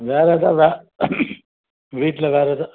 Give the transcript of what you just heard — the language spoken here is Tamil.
வேறு எதாது வே வீட்டில் வேறு எதாது